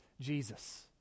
Jesus